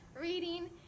reading